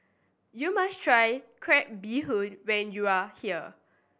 you must try crab bee hoon when you are here